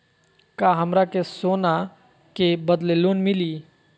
का हमरा के सोना के बदले लोन मिलि?